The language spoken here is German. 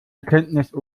bekenntnis